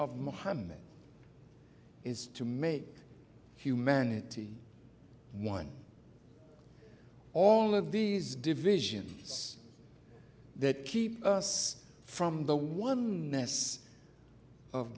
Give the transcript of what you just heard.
of mohammad is to make humanity one all of these divisions that keep us from the oneness of